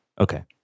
Okay